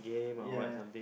ya